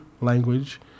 language